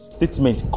statement